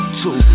two